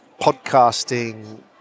podcasting